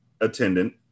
attendant